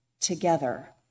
together